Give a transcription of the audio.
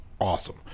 awesome